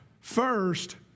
First